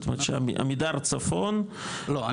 זאת אומרת שעמידר צפון --- לא,